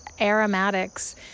aromatics